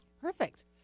Perfect